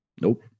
nope